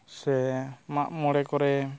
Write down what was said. ᱥᱮ ᱢᱟᱜᱢᱚᱬᱮ ᱠᱚᱨᱮ